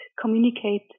communicate